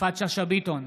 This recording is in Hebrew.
יפעת שאשא ביטון,